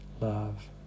Love